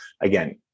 Again